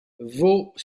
vaux